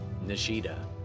Nishida